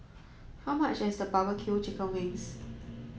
how much is barbecue chicken wings